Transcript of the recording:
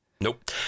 nope